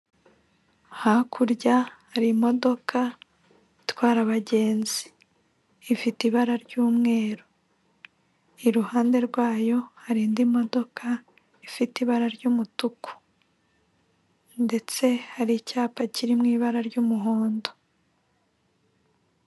Hakurya hari imodoka itwara abagenzi ifite ibara ry'umweru, iruhande rwayo hari indi modoka ifite ibara ry'umutuku ndetse hari icyapa kiri mu ibara ry'umuhondo.